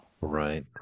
Right